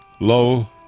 Lo